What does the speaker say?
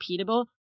repeatable